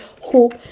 hope